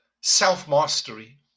self-mastery